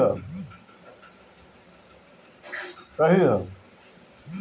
गुड़हल के फूल में बहुते गुण होखेला